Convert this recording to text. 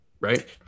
right